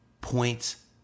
points